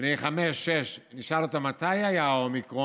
בני חמש-שש, נשאל אותם מתי היה האומיקרון,